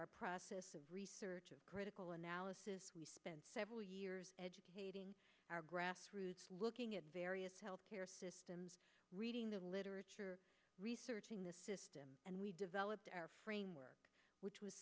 our process of research of critical analysis we spent several years educating our grassroots looking at various healthcare systems reading the literature researching the system and we developed our framework which was